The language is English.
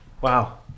Wow